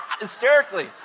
Hysterically